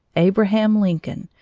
abraham lincoln,